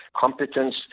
competence